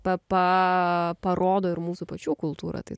pa pa parodo ir mūsų pačių kultūrą tai